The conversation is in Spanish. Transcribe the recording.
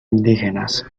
indígenas